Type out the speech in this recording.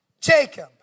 Jacob